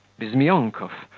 bizmyonkov,